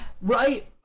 right